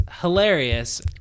hilarious